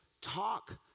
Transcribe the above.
talk